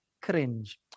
cringe